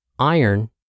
iron